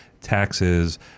taxes